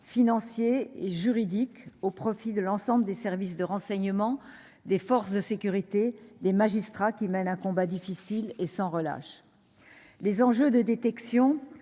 financiers et juridiques au profit de l'ensemble des services de renseignement, des forces de sécurité et des magistrats qui mènent sans relâche ce combat difficile. Les enjeux de détection,